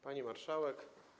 Pani Marszałek!